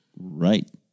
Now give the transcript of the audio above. Right